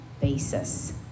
basis